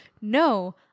no